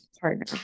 partner